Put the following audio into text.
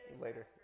later